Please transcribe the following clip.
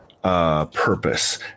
Purpose